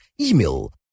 email